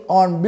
on